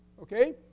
Okay